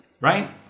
Right